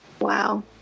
wow